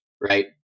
Right